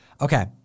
Okay